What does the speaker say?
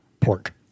pork